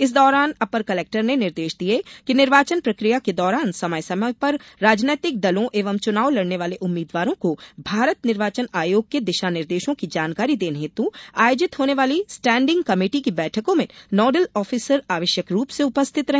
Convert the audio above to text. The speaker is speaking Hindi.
इस दौरान अपर कलेक्टर ने निर्देश दिए कि निर्वाचन प्रक्रिया के दौरान समय समय पर राजनैतिक दलों एवं चुनाव लड़ने वाले उम्मीदवारों को भारत निर्वाचन आयोग के दिशा निर्देशों की जानकारी देने हेत् आयोजित होने वाली स्टेडिंग कमेटी की बैठकों में नोडल ऑफिसर आवश्यक रूप से उपस्थित रहे